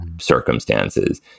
circumstances